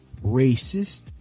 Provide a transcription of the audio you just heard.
racist